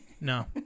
No